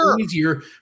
easier